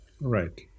Right